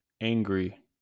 angry